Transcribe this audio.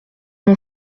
mon